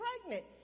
pregnant